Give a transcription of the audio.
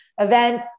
events